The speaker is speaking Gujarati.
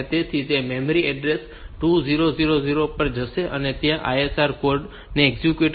તેથી તે મેમરી એડ્રેસ 2000 પર જશે અને ત્યાં ISR કોડ એક્ઝિક્યુટ કરશે